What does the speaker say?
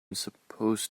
supposed